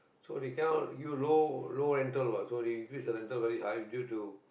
so they cannot give you low low rental what so they increase the rental very high due to